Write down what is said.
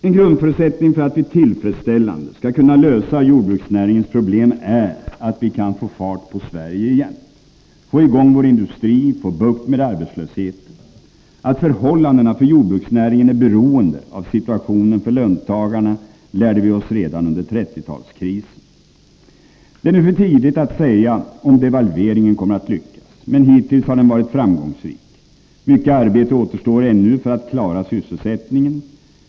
En grundförutsättning för att vi tillfredsställande skall kunna lösa jordbruksnäringens problem är att vi kan få fart på Sverige igen, få i gång vår industri och få bukt med arbetslösheten. Att förhållandena för jordbruksnäringen är beroende av situationen för löntagarna lärde vi oss redan under 30-talskrisen. Det är nu för tidigt att säga om devalveringen kommer att lyckas, men hittills har den varit framgångsrik. Mycket arbete återstår ännu för att klara sysselsättningen.